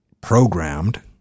programmed